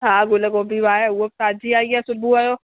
हा गुल गोभी बि आहे उहा बि ताज़ी आई आहे सुबुह जो